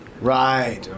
Right